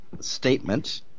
statement